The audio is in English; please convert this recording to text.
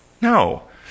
No